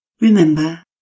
remember